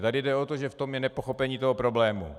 Tady jde o to, že v tom je nepochopení toho problému.